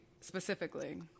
specifically